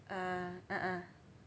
ah ah ah